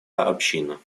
община